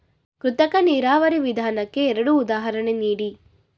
ಕೃತಕ ನೀರಾವರಿ ವಿಧಾನಕ್ಕೆ ಎರಡು ಉದಾಹರಣೆ ನೀಡಿ?